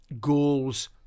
goals